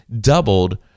doubled